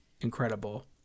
incredible